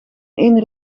één